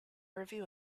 review